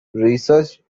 research